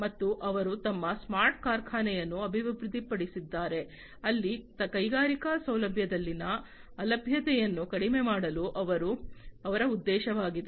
ಮತ್ತು ಅವರು ತಮ್ಮ ಸ್ಮಾರ್ಟ್ ಕಾರ್ಖಾನೆಯನ್ನು ಅಭಿವೃದ್ಧಿಪಡಿಸಿದ್ದಾರೆ ಅಲ್ಲಿ ಕೈಗಾರಿಕಾ ಸೌಲಭ್ಯದಲ್ಲಿನ ಅಲಭ್ಯತೆಯನ್ನು ಕಡಿಮೆ ಮಾಡುವುದು ಇದರ ಉದ್ದೇಶವಾಗಿದೆ